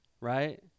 Right